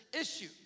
issue